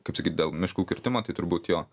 kaip sakyt dėl miškų kirtimo tai turbūt jo